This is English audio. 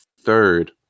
third